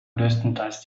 größtenteils